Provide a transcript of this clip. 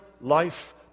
life